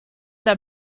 där